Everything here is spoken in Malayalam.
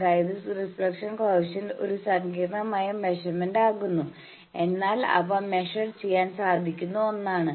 അതായത് റിഫ്ലക്ഷൻ കോയെഫിഷ്യന്റ് ഒരു സങ്കീർണ്ണമായ മെഷെർമെന്റ് ആകുന്നു എന്നാൽ അവ മെഷർ ചെയ്യാൻ സാധിക്കുന്ന ഒന്നാണ്